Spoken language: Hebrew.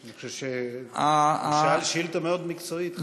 הוא שאל שאילתה מאוד מקצועית.